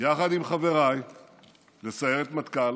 יחד עם חבריי לסיירת מטכ"ל